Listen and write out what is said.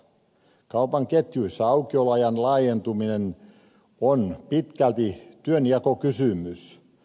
kaupan ketjuissa aukioloajan laajentuminen on pitkälti työnjakokysymys